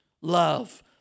love